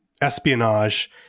espionage